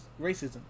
racism